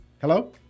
Hello